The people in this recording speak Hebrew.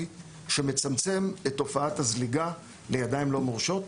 שמצמצם את תופעת הזליגה לידיים לא מורשות,